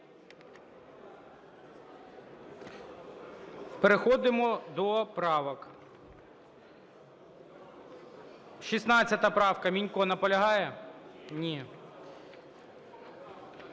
Переходимо до правок. 16 правка, Мінько. Наполягає? Ні.